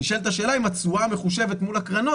נשאלת השאלה אם התשואה המחושבת מול הקרנות